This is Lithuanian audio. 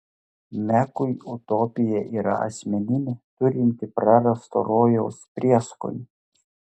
mekui utopija yra asmeninė turinti prarasto rojaus prieskonį